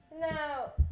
now